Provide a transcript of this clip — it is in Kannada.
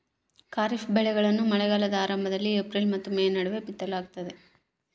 ಖಾರಿಫ್ ಬೆಳೆಗಳನ್ನ ಮಳೆಗಾಲದ ಆರಂಭದಲ್ಲಿ ಏಪ್ರಿಲ್ ಮತ್ತು ಮೇ ನಡುವೆ ಬಿತ್ತಲಾಗ್ತದ